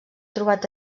trobat